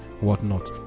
whatnot